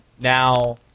now